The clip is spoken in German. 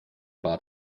bat